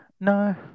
no